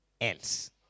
else